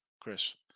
Chris